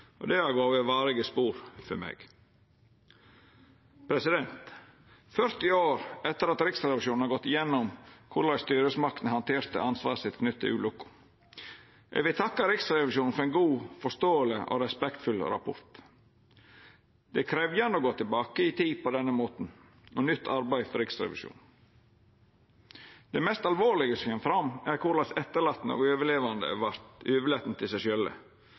Det har gjeve varige spor for meg. 40 år etter har Riksrevisjonen gått gjennom korleis styresmaktene handterte ansvaret sitt knytt til ulukka. Eg vil takka Riksrevisjonen for ein god, forståeleg og respektfull rapport. Det er krevjande å gå tilbake i tid på denne måten, og det er eit nytt arbeid for Riksrevisjonen. Det mest alvorlege som kjem fram, er korleis dei etterlatne og overlevande vart overlatne til seg sjølve.